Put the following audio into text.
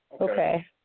Okay